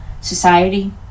society